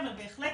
אבל בהחלט